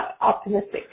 optimistic